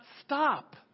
stop